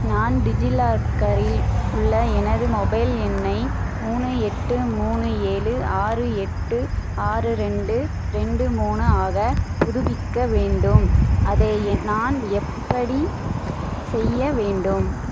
நான் டிஜிலாக்கரில் உள்ள எனது மொபைல் எண்ணை மூணு எட்டு மூணு ஏழு ஆறு எட்டு ஆறு ரெண்டு ரெண்டு மூணு ஆக புதுப்பிக்க வேண்டும் அதை என் நான் எப்படிச் செய்ய வேண்டும்